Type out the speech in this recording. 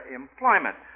employment